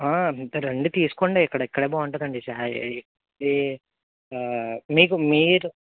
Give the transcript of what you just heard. అయితే రండి తీసుకోండి ఇక్కడ ఇక్కడే బాగుంటుంది అండి ఛాయ్ మీకు మీరు